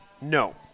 No